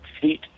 feet